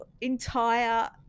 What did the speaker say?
entire